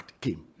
came